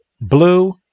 blue